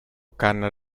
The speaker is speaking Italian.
canna